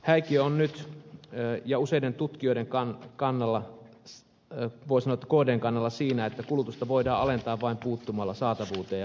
häikiö on nyt useiden tutkijoiden kannalla voi sanoa että kdn kannalla siinä että kulutusta voidaan alentaa vain puuttumalla saatavuuteen ja hintaan